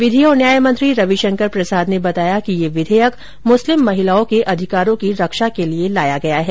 विधि और न्याय मंत्री रविशंकर प्रसाद ने बताया कि यह विधेयक मुस्लिम महिलाओं के अधिकारों की रक्षा के लिए लाया गया है